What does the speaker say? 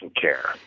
care